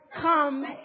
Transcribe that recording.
come